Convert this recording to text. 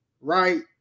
right